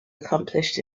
accomplished